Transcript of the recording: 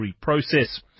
process